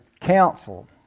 council